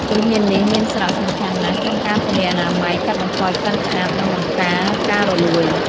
ជំហាននេះមានសារៈសំខាន់ណាស់ក្នុងការធានាអនាម័យ កាត់បន្ថយក្លិនឆ្អាប និងបង្ការការរលួយ។